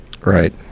Right